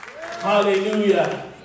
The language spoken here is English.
Hallelujah